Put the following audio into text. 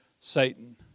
Satan